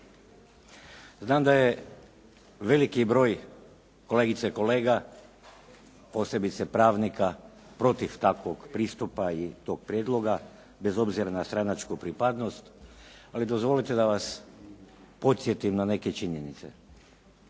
Znam da je veliki broj kolegica i kolega posebice pravnika protiv takvog pristupa i tog prijedloga bez obzira na stranačku pripadnost, ali dozvolite da vas podsjetim na neke činjenice.